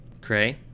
Cray